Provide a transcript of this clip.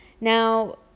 Now